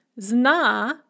Zna